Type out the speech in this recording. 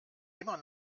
immer